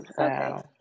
Okay